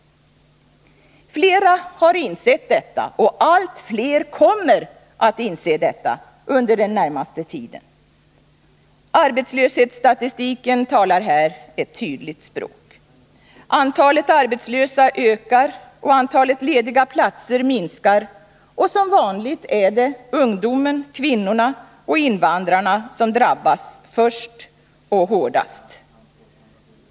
Flera har insett detta, och allt fler kommer att göra det under den närmaste tiden. Arbetslöshetsstatistiken talar här ett tydligt språk. Antalet arbetslösa ökar, och antalet lediga platser minskar. Som vanligt är det ungdomen, kvinnorna och invandrarna som drabbas först och hårdast.